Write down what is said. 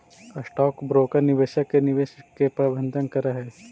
stock broker निवेशक के निवेश के प्रबंधन करऽ हई